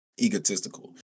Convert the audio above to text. egotistical